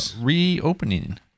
Reopening